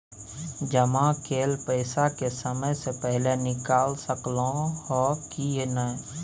जमा कैल पैसा के समय से पहिले निकाल सकलौं ह की नय?